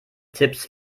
tipps